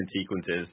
sequences